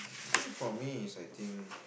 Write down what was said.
think for me is I think